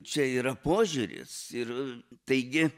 čia yra požiūris ir taigi